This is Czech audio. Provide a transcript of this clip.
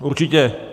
Určitě.